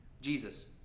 Jesus